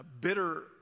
bitter